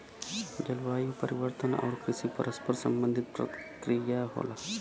जलवायु परिवर्तन आउर कृषि परस्पर संबंधित प्रक्रिया होला